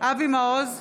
אבי מעוז,